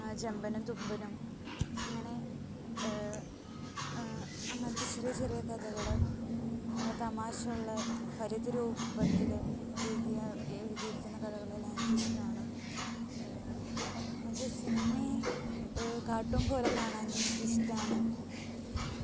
ജെമ്പനും തുമ്പനും അങ്ങനെ അങ്ങനത്തെ ചെറിയ ചെറിയ കഥകള് തമാശയുള്ള ഫലിത രൂപത്തില് എഴുതിയാല് എഴുതിയിരിക്കുന്ന കഥകളെല്ലാം എനിക്കിഷ്ടമാണ് അത് സിനിമയെ കാര്ട്ടൂണ് പോലെ കാണാനും എനിക്കിഷ്ടമാണ്